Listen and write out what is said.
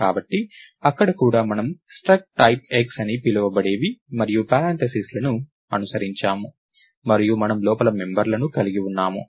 కాబట్టి అక్కడ కూడా మనము struct టైప్ X అని పిలవబడేవి మరియు పరాంతసిస్ లను అనుసరించాము మరియు మనము లోపల మెంబర్లను కలిగి ఉన్నాము